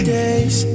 days